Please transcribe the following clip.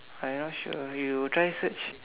I not sure you try search